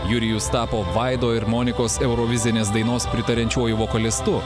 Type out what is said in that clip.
jurijus tapo vaido ir monikos eurovizinės dainos pritariančiuoju vokalistu